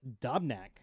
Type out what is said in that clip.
Dobnak